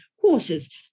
horses